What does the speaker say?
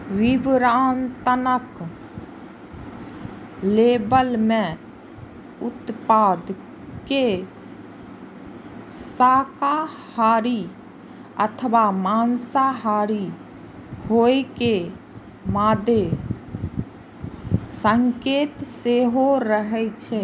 विवरणात्मक लेबल मे उत्पाद के शाकाहारी अथवा मांसाहारी होइ के मादे संकेत सेहो रहै छै